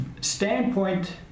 standpoint